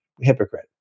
hypocrite